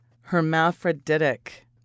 hermaphroditic